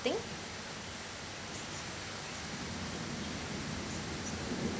thing